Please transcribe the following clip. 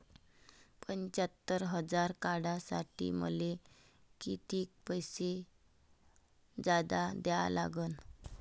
पंच्यात्तर हजार काढासाठी मले कितीक पैसे जादा द्या लागन?